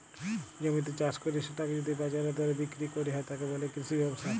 জমিতে চাস কইরে সেটাকে যদি বাজারের দরে বিক্রি কইর হয়, তাকে বলে কৃষি ব্যবসা